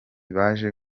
baje